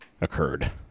occurred